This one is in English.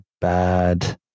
bad